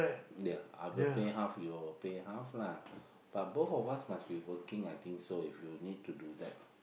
ya I have to pay half you pay half lah but both of us must be working I think so to do that